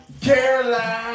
Caroline